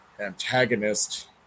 antagonist